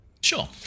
Sure